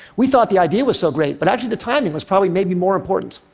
we thought the idea was so great, but actually, the timing was probably maybe more important.